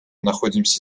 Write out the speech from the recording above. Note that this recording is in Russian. находимся